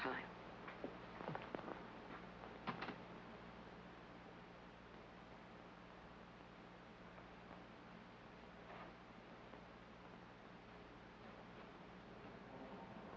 time